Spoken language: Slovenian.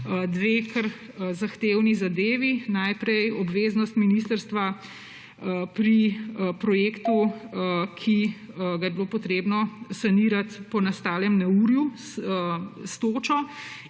kar zahtevni zadevi. Najprej obveznost ministrstva pri projektu, ki ga je bilo potrebno sanirati po nastalem neurju s točo,